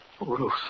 Ruth